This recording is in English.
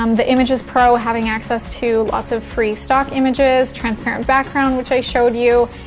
um the images pro, having access to lots of free stock images. transparent background which i showed you.